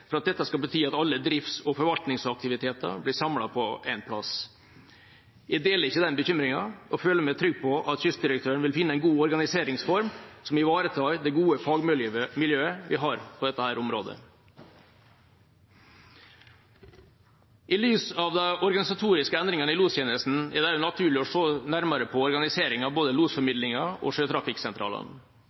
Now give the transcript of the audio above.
for at dette skal bety at alle drifts- og forvaltningsaktiviteter blir samlet på en plass. Jeg deler ikke den bekymringen og føler meg trygg på at kystdirektøren vil finne en god organiseringsform som ivaretar det gode fagmiljøet vi har på dette området. I lys av de organisatoriske endringene i lostjenestene er det naturlig å se nærmere på organiseringa av både losformidlingen og sjøtrafikksentralene.